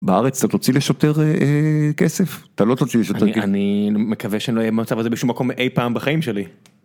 בארץ אתה תוציא לשוטר כסף? אתה לא תוציא אני מקווה שאני לא אהיה במצב הזה בשום מקום אי פעם בחיים שלי.